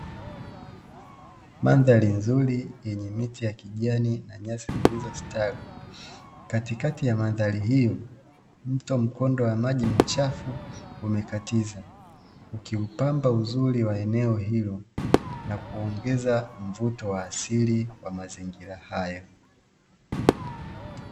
Mandhari nzuri yenye miti ya kijani na nyasi zilizostawi, katikati ya mandhari hiyo mto mkondo wa maji machafu umekatiza, ukiupamba uzuri wa eneo hilo na kuongeza mvuto wa asili wa maeneo hayo.